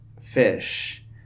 fish